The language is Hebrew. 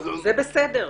זה בסדר.